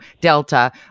Delta